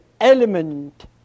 element